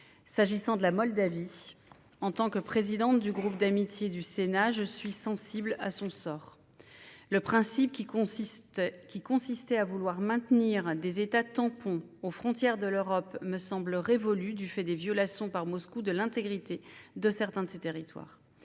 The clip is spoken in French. S'agissant de son voisin moldave, en tant que présidente du groupe d'amitié France-Moldavie du Sénat, je suis sensible à son sort. Le principe consistant à maintenir des États tampons aux frontières de l'Europe me semble périmé, du fait des violations par Moscou de l'intégrité de certains de ces territoires.